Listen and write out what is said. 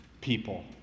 people